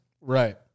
right